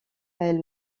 elle